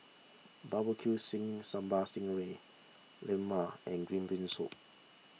Barbecue Sambal Sting Ray Lemang and Green Bean Soup